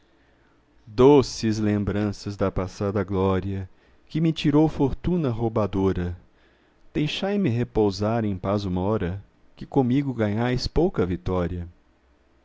doces lembranças da passada glória que me tirou fortuna roubadora deixai me repousar em paz ü'hora que comigo ganhais pouca vitória